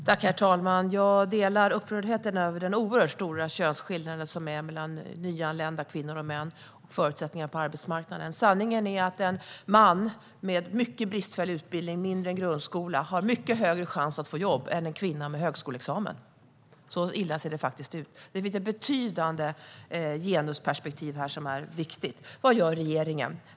Herr talman! Jag delar upprördheten över den oerhört stora könsskillnaden när det gäller nyanlända kvinnor och män och deras förutsättningar på arbetsmarknaden. Sanningen är att en man med mycket bristfällig utbildning - mindre än grundskola - har mycket högre chans att få jobb än en kvinna med högskoleexamen. Så illa ser det faktiskt ut. Det finns ett betydande genusperspektiv här som är viktigt. Vad gör då regeringen?